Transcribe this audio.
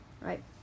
right